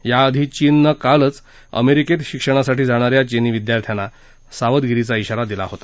याआधी चीननं कालच अमेरिकेत शिक्षणासाठी जाणाऱ्या चीनी विद्यार्थ्यांना सावधगिरीचा ब्राारा दिला होता